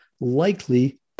likely